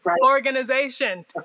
organization